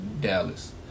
Dallas